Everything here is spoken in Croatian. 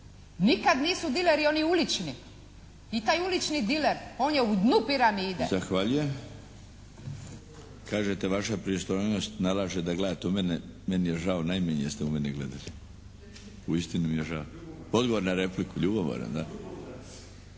nikad nisu dileri oni ulični. I taj ulični diler on je u dnu piramide. **Milinović, Darko (HDZ)** Zahvaljujem. Kažete vaša pristojnost nalaže da gledate u mene. Meni je žao, najmanje ste u mene gledali. Uistinu mi je žao. Odgovor na repliku, ljubomoran da.